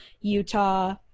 utah